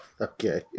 Okay